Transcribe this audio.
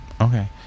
Okay